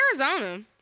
Arizona